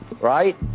right